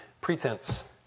pretense